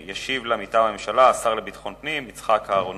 ישיב עליה מטעם הממשלה השר לביטחון פנים יצחק אהרונוביץ.